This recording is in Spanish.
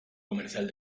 comercial